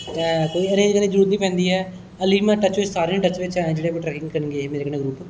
कोई आरैंज करने दी जरुरत नेई पौंदी हल्ली बी में टच च सारें दे टच च आं जेहडे़ ट्रैकिंग करन गे हे मेरे कन्नै ग्रुप